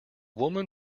woman